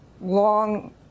long